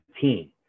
team